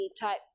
type